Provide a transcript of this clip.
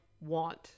want